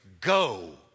go